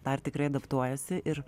dar tikrai adaptuojasi ir